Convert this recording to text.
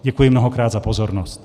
Děkuji mnohokrát za pozornost.